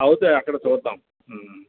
అయితే అక్కడ చూద్దాం